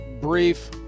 brief